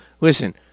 Listen